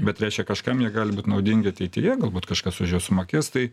bet reiškia kažkam jie gali būt naudingi ateityje galbūt kažkas už juos sumokės tai